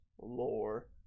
lore